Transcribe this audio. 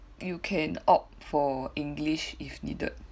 you can opt for English if needed